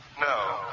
No